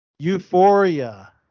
Euphoria